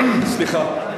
סליחה,